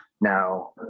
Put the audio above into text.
now